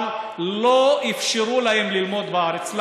אבל לא אפשרו להם ללמוד בארץ.